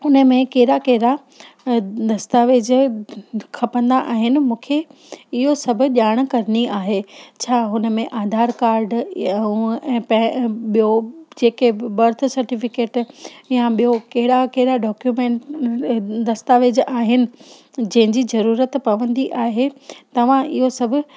हुन में कहिड़ा कहिड़ा दस्तावेज़ खपंदा आहिनि मूंखे इहो सभु ॼाण करिणी आहे छा हुन में आधार काड या हूअं ऐं पे ॿियो जे के बि बर्थ सर्टिफ़िकेट या ॿियो कहिड़ा कहिड़ा डॉक्यूमेंट दस्तावेज़ आहिनि जंहिं जी ज़रूरत पवंदी आहे तव्हां इहो सभु